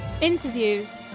interviews